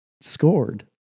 scored